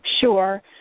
Sure